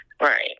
Right